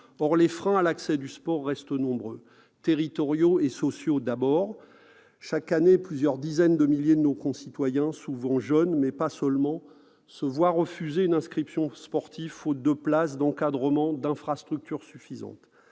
Or les freins à l'accès au sport restent nombreux. Ils sont territoriaux et sociaux, d'abord. Chaque année, plusieurs dizaines de milliers de nos concitoyens, souvent jeunes, mais pas seulement, se voient refuser une inscription sportive faute de places, d'encadrement, d'infrastructures suffisantes.